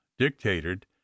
dictated